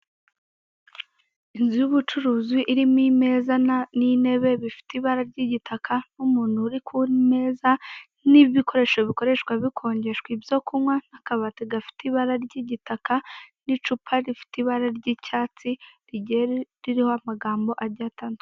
Inzu y'ubucuruzi irimo imeza n'intebe bifite ibara ry'igitaka n'umuntu uri kumeza n'ibikoresho bikoreshwa bikonjeshwa ibyo kunywa, n'akabati gafite ibara ry'igitaka, n'icupa rifite ibara ry'icyatsi rigiye ririho amagambo agiye atandukanye.